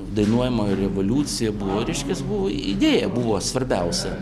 dainuojamoji revoliucija buvo reiškias buvo idėja buvo svarbiausia